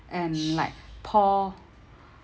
and like pour